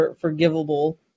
forgivable